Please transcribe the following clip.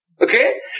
Okay